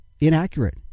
inaccurate